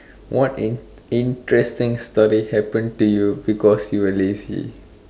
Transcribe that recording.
what in~ interesting stories happen to you because you were lazy